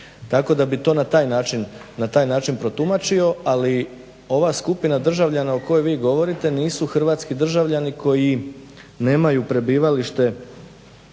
Tako da bi to na taj način protumačio. Ali ova skupina državljana o kojoj vi govorite nisu hrvatski državljani koji nemaju prebivalište